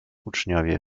uczniowie